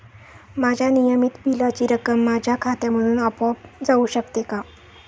माझ्या नियमित बिलाची रक्कम माझ्या खात्यामधून आपोआप जाऊ शकते का?